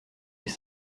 des